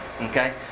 okay